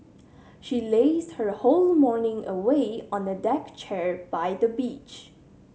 she lazed her whole morning away on a deck chair by the beach